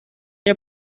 der